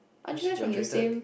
cause she graduated